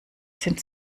sind